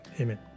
Amen